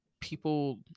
people